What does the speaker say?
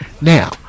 now